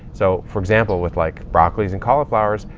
so for example, with like broccolis and cauliflowers,